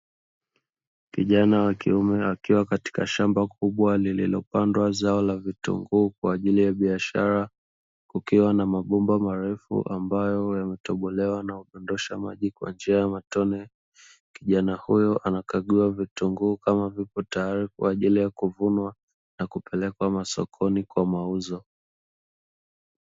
Kijana wa kiume akiwa katika shamba kubwa lililopandwa zao la vitunguu kwa ajili ya biashara, kukiwa na mabomba marefu ambayo yametobolewa na kudondosha maji kwa njia ya matone. Kijana huyo anakagua vitunguu kama vipo tayari kwa ajili ya kuvunwa na kupelekwa masokoni kwa mauzo.